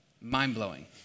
Mind-blowing